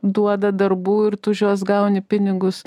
duoda darbų ir už juos gauni pinigus